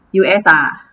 U_S ah